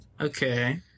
Okay